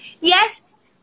Yes